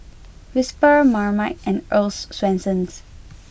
Whisper Marmite and Earl's Swensens